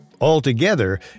Altogether